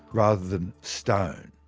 rather than stone.